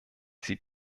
sie